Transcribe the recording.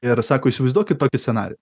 ir sako įsivaizduokit tokį scenarijų